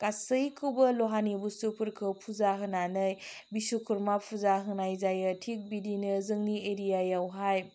गासैखौबो लहारि बुस्थुफोरखौ फुजा होनानै बिस्वखुरमा फुजा होनाय जायो थिग बिदिनो जोंनि एरियावहाय